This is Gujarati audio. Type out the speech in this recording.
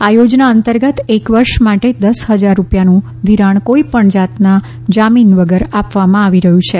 આ યોજના અંતર્ગત એક વર્ષ માટે દસ હજાર રૂપિયાનું ઘિરાણ કોઈપણ જાતના જામીન વગર આપવામાં આવી રહ્યું છે